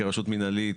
כרשות מינהלית,